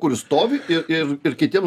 kuris stovi ir ir ir kitiems